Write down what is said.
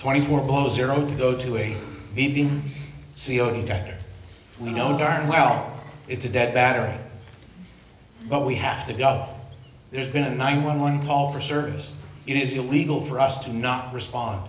twenty four both zero to go to a even c e o dr we know darn well it's a dead battery but we have to go there's been a nine one one call for service it is illegal for us to not respond